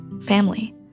family